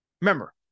Remember